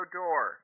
door